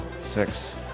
Six